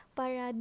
para